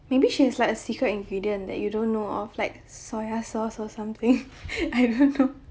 maybe she has like a secret ingredient that you don't know of like soya sauce or something I don't know